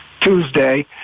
tuesday